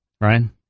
Ryan